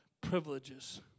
privileges